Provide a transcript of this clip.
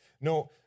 No